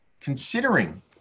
considering